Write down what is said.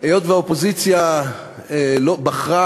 היות שהאופוזיציה בחרה